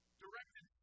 Directed